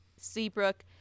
Seabrook